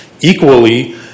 equally